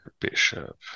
Bishop